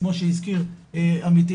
כמו שהזכיר עמיתי